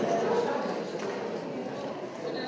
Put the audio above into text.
Hvala